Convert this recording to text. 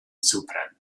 supren